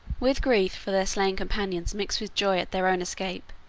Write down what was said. with grief for their slain companions mixed with joy at their own escape,